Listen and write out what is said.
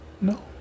No